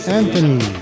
anthony